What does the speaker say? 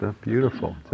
beautiful